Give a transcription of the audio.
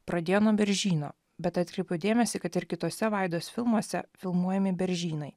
pradėjo nuo beržyno bet atkreipiau dėmesį kad ir kitose vaidos filmuose filmuojami beržynai